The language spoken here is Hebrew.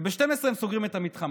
וב-12:00 הם סוגרים את המתחם.